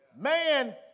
Man